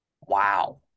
Wow